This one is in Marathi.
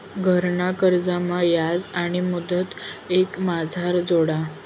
घरना कर्जमा याज आणि मुदल एकमाझार जोडा